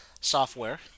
software